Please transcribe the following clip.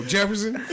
Jefferson